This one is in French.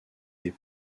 des